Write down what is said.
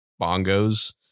bongos